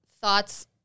thoughts